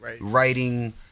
writing